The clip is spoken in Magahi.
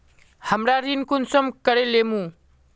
हमरा ऋण कुंसम करे लेमु?